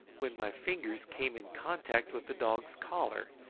when my fingers came in contact with the dog's collar,